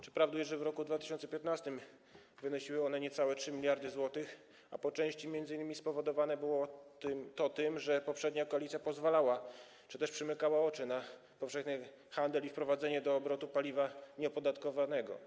Czy prawdą jest, że w roku 2015 wynosiły one niecałe 3 mld zł, a po części było to spowodowane tym, że poprzednia koalicja pozwalała czy też przymykała oczy na powszechny handel i wprowadzenie do obrotu paliwa nieopodatkowanego?